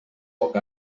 poc